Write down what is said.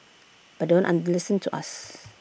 but don't under listen to us